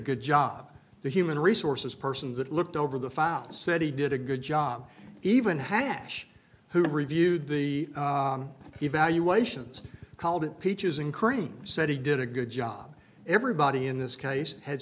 good job the human resources person that looked over the found said he did a good job even hash who reviewed the evaluations called it peaches and cream said he did a good job everybody in this case had